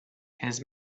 his